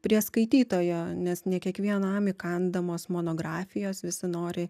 prie skaitytojo nes ne kiekvienam įkandamos monografijos visi nori